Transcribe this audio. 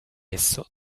esso